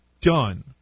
done